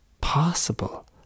possible